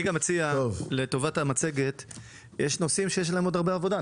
יש נושאים שיש לגביהם עוד הרבה עבודה.